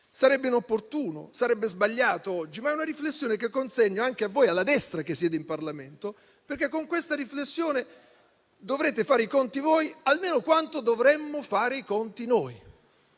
Sarebbe inopportuno e sbagliato oggi, ma è una riflessione che consegno a voi, alla destra che siede in Parlamento, perché con questa riflessione dovrete fare i conti voi almeno quanto dovremmo farli noi.